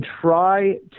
try